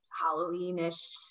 Halloween-ish